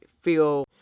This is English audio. feel